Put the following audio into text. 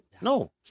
No